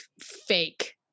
fake